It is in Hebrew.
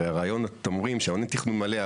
הרי הרעיון אתם אומרים הוא תכנון מלא,